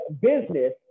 business